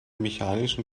mechanischen